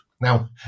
Now